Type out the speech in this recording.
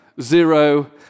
zero